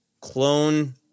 clone